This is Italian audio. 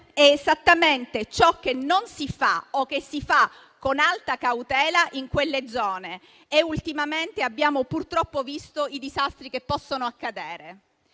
è esattamente ciò che non si fa o che si fa con alta cautela in quelle zone. Ultimamente abbiamo purtroppo visto i disastri che possono accadere.